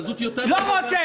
לא רוצה.